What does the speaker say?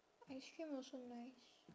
ice cream also nice